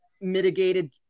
mitigated